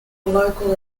local